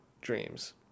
dreams